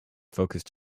focused